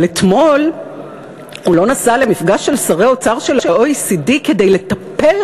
אבל אתמול הוא לא נסע למפגש של שרי אוצר של ה-OECD כדי "לטפל